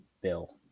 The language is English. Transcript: Bill